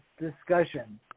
discussion